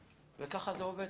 וככה זה עובד,